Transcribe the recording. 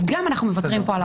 אז גם אנחנו מוותרים פה.